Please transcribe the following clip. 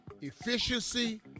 efficiency